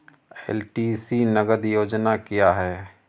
LTC नगद योजना क्या है?